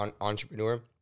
entrepreneur